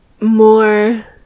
more